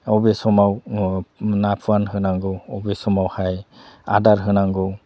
अबे समाव ना फुवान होनांगौ अबे समावहाय आदार होनांगौ